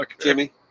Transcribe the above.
Jimmy